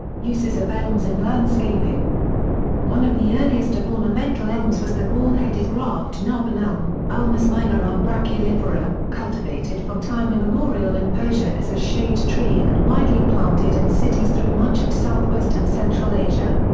uses of elms in landscaping one of the earliest of ornamental elms was the ball-headed graft narvan elm, ulmus minor umbraculifera, cultivated from time immemorial in persia as a shade tree and widely planted in cities through much of south-west and central asia.